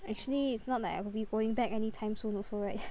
actually it's not like I will be going back anytime soon also right